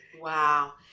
Wow